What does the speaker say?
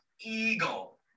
eagle